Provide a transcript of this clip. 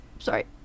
Sorry